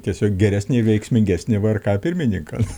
tiesiog geresnį veiksmingesnį vrk pirmininką